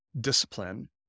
discipline